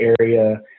area